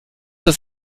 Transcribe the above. das